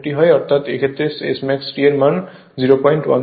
অর্থাৎ এক্ষেত্রে Smax T এর মান 016 হয়